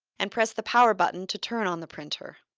and press the power button to turn on the printer.